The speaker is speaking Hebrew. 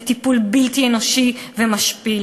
לטיפול בלתי אנושי ומשפיל.